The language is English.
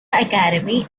academy